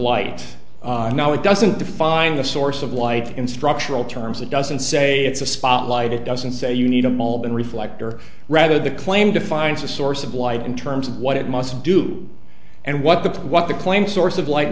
light no it doesn't define the source of light in structural terms it doesn't say it's a spotlight it doesn't say you need a mold and reflect or rather the claim defines a source of light in terms of what it must do and what the what the claimed source of light